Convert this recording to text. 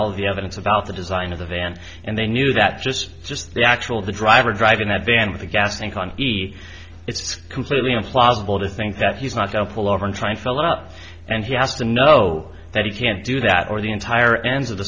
all the evidence about the design of the van and they knew that just just the actual the driver driving that van with the gas tank on the it's completely implausible to think that he's not going to pull over and try and fill it up and he has to know that he can't do that or the entire ends of the